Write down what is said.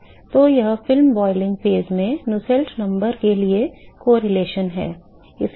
तो यह film boiling phase में नुसेल्ट नंबर के लिए सहसंबंध है